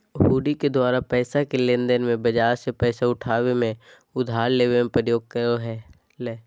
हुंडी के द्वारा पैसा के लेनदेन मे, बाजार से पैसा उठाबे मे, उधार लेबे मे प्रयोग करो हलय